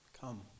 come